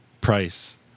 Price